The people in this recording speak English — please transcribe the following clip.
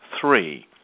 three